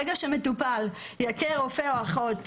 ברגע שמטופל יכה רופא או אחות,